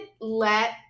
let